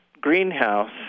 greenhouse